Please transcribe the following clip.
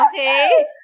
Okay